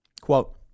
Quote